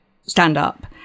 stand-up